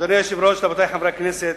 אדוני היושב-ראש, רבותי חברי הכנסת,